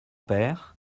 père